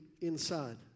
inside